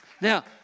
Now